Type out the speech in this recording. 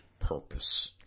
purpose